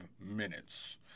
minutes